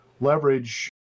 leverage